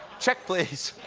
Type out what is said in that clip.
check, please.